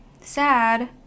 sad